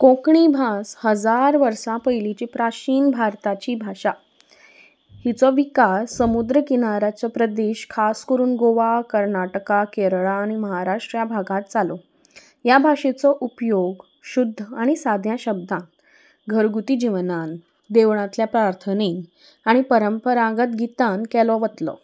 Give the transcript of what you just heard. कोंकणी भास हजार वर्सां पयलींची प्राचीन भारताची भाशा हिचो विकास समुद्र किनाराचो प्रदेश खास करून गोवा कर्नाटका केरळा आनी महाराष्ट्रा भागांत जालो ह्या भाशेचो उपयोग शुद्द आनी साद्या शब्दांत घरगुती जिवनांत देवळांतल्या प्रार्थनेंत आनी परंपरागत गितान केलो वतलो